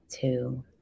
two